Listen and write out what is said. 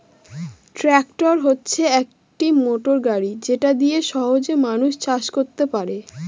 tractor হচ্ছে একটি motor গাড়ি যেটা দিয়ে সহজে মানুষ চাষ করতে পারে